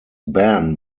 ban